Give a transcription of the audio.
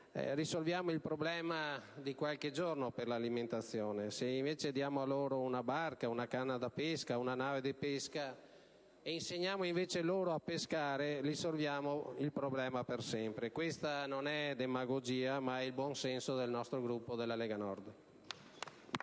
risolviamo il problema dell'alimentazione per qualche giorno; se invece diamo loro una canna da pesca, una barca o una nave da pesca e insegniamo invece loro a pescare, risolviamo il problema per sempre. Questa non è demagogia, ma è il buon senso del nostro Gruppo della Lega Nord.